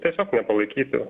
tiesiog nepalaikyti